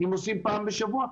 אם עושים פעם בשבוע,